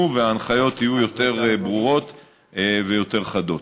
וההנחיות יהיו יותר ברורות ויותר חדות.